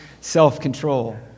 self-control